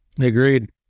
Agreed